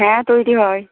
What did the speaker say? হ্যাঁ তৈরি হয়